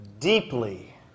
Deeply